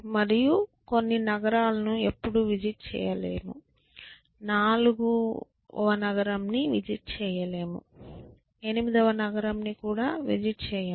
మరియు కొన్ని నగరాలను ఎప్పుడూ విజిట్ చేయలేము 4 ని విజిట్ చెయ్యము 8 ని విజిట్ చెయ్యము 9 ని విజిట్ చెయ్యము